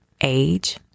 age